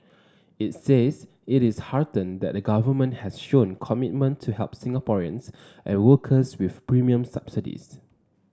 it says it is heartened that the Government has shown commitment to help Singaporeans and workers with premium subsidies